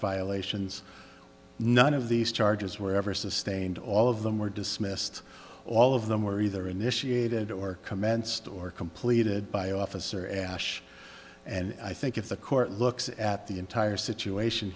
violations none of these charges were ever sustained all of them were dismissed all of them were either initiated or commenced or completed by officer ash and i think if the court looks at the entire situation